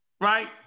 right